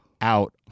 out